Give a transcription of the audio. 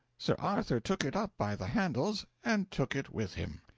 sir arthur took it up by the handles, and took it with him.